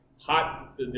Hot